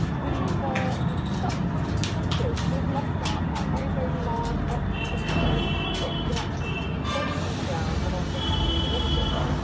we've ah we've stopped before the middle ages. we've left out that very, very large octagonal moat that you can actually see clearly from the ground and also from google images.